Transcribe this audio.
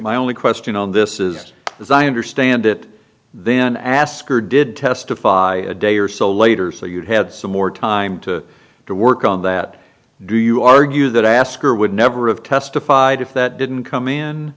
my only question on this is as i understand it then asker did testify a day or so later so you'd had some more time to to work on that do you argue that asker would never of testified if that didn't come in